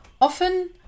often